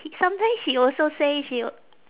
sometime she also say she w~